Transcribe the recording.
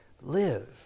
live